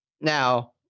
Now